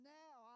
now